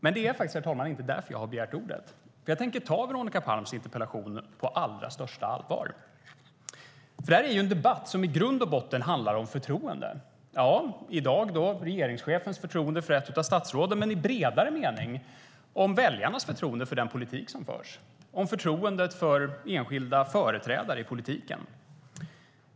Men det är faktiskt, herr talman, inte därför jag har begärt ordet. Jag tänker ta Veronica Palms interpellation på allra största allvar. Det här är en debatt som i grund och botten handlar om förtroende. I dag gäller det regeringschefens förtroende för ett av statsråden, men i bredare mening handlar det om väljarnas förtroende för den politik som förs och om förtroendet för enskilda företrädare i politiken.